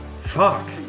fuck